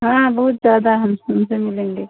हाँ बहुत ज्यादा हम उनसे मिलेंगे